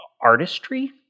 artistry